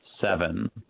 seven